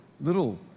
little